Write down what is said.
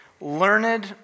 learned